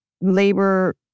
labor